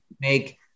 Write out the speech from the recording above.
Make